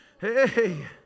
Hey